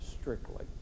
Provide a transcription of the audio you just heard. strictly